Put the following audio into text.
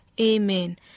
Amen